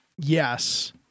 yes